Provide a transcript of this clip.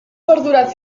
perdurat